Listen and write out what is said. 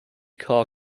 car